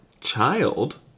child